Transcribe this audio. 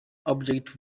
object